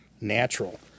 natural